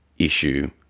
issue